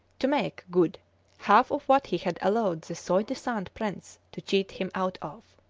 to make good half of what he had allowed the soi disant prince to cheat him out of.